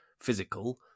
physical